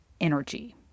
energy